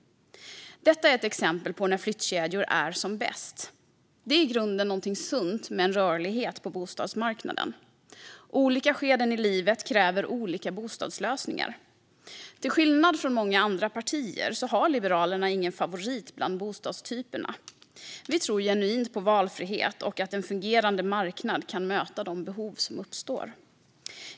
Detta är ett exempel på flyttkedjor när de är som bäst. Det är i grunden sunt med en rörlighet på bostadsmarknaden, och olika skeden i livet kräver olika bostadslösningar. Till skillnad från många andra partier har Liberalerna ingen favorit bland bostadstyperna. Vi tror genuint på valfrihet och att en fungerande marknad kan möta de behov som uppstår.